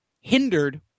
hindered